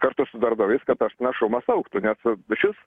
kartu su darbdaviais kad tas našumas augtų nes šis